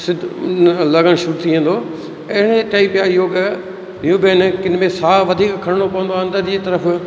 सिध लॻण शुरू थी वेंदो ऐं कई त योग हीअं ब आहिनि किन में साहु वधीक खणिणो पवंदो आहे अंदरि जी तर्फ़ु